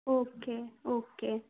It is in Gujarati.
okay okay